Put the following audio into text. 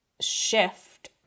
shift